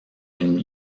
une